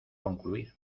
concluir